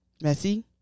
Messy